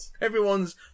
Everyone's